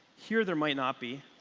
here there might not be.